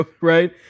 Right